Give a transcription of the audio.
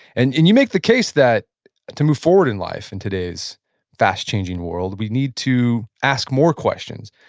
and and you make the case that to move forward in life in today's fast-changing world, we need to ask more questions,